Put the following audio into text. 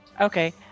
Okay